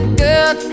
girl